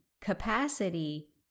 capacity